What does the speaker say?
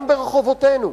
גם ברחובותינו,